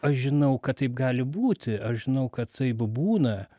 aš žinau kad taip gali būti aš žinau kad taip būna